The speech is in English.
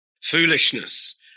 foolishness